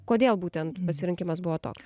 kodėl būtent pasirinkimas buvo toks